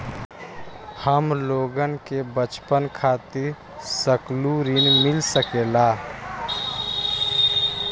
हमलोगन के बचवन खातीर सकलू ऋण मिल सकेला?